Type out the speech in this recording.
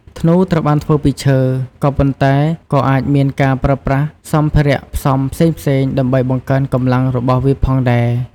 ធ្នូ ត្រូវបានធ្វើពីឈើ ក៏ប៉ុន្តែក៏អាចមានការប្រើប្រាស់សម្ភារៈផ្សំផ្សេងៗដើម្បីបង្កើនកម្លាំងរបស់វាផងដែរ។